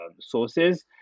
sources